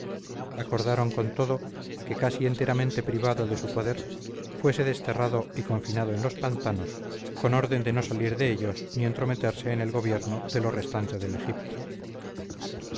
acordaron con todo que casi enteramente privado de su poder fuese desterrado y confinado en los pantanos con orden de no salir de ellos ni entrometerse en el gobierno de lo restante del egipto